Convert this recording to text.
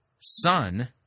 son